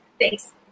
Thanks